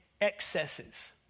excesses